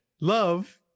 Love